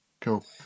cool